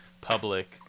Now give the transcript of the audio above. public